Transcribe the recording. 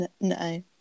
no